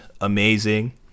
amazing